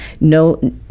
no